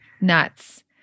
Nuts